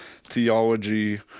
theology